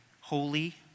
holy